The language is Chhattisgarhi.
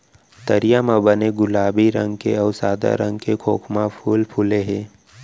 तरिया म बने गुलाबी रंग के अउ सादा रंग के खोखमा फूल फूले हे